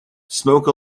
smoke